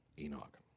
Enoch